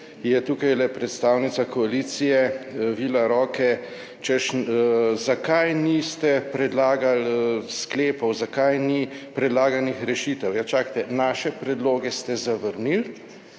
je tukaj predstavnica koalicije vila roke, češ, zakaj niste predlagali sklepov, zakaj ni predlaganih rešitev. Ja čakajte, naše predloge ste zavrnili,